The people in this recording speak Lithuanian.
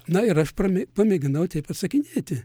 na ir aš prami pamėginau taip atsakinėti